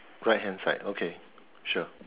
right hand side okay sure